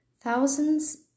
Thousands